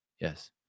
Yes